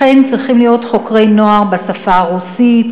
לכן צריכים להיות חוקרי נוער בשפה הרוסית,